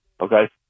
okay